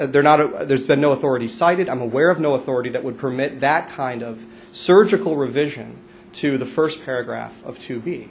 they're not a there's been no authority cited i'm aware of no authority that would permit that kind of surgical revision to the first paragraph of to be